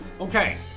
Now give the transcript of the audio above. Okay